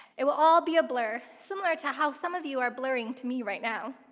it will all be a blur, similar to how some of you are blurring to me right now.